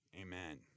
amen